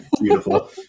Beautiful